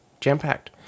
jam-packed